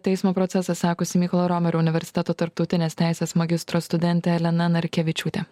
teismo procesą sekusi mykolo romerio universiteto tarptautinės teisės magistro studentė elena narkevičiūtė